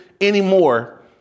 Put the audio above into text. anymore